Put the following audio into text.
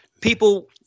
people